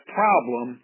problem